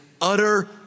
utter